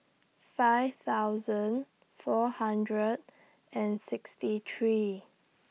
five thousand four hundred and sixty three